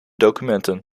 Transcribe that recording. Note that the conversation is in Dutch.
documenten